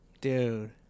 dude